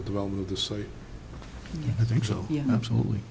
the development of the site i think so yeah absolutely